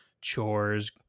chores